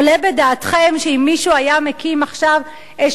עולה בדעתכם שאם מישהו היה מקים עכשיו איזה